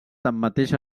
tanmateix